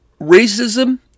racism